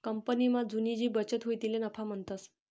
कंपनीमा तुनी जी बचत हुई तिले नफा म्हणतंस